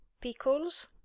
Pickles